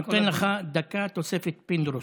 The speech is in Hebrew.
נותן לך דקה, תוספת פינדרוס.